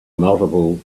multiple